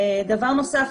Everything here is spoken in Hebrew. דבר נוסף,